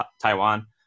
Taiwan